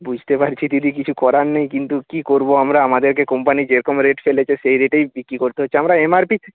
বুঝতে পারছি দিদি কিছু করার নেই কিন্তু কী করব আমরা আমাদেরকে কোম্পানি যেরকম রেট ফেলেছে সেই রেটেই বিক্রি করতে হচ্ছে আমরা এম আর পি